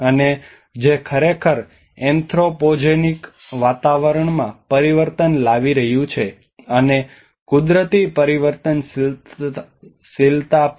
અને જે ખરેખર એન્થ્રોપોજેનિક વાતાવરણમાં પરિવર્તન લાવી રહ્યું છે અને કુદરતી પરિવર્તનશીલતા પણ